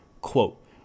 quote